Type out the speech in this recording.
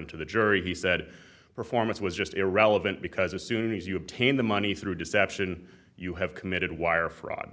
and to the jury he said performance was just irrelevant because as soon as you obtained the money through deception you have committed wire fraud